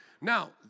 Now